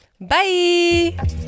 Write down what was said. Bye